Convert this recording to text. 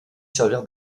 servir